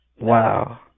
Wow